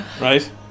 right